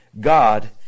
God